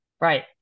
Right